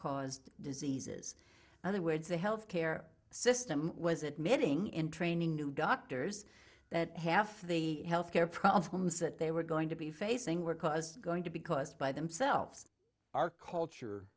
caused diseases other words the health care system was admitting in training new doctors that half the health care problems that they were going to be facing were because going to be caused by themselves our culture